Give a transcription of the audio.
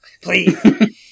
please